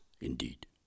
indeed